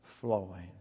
flowing